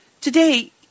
Today